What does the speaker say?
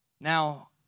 Now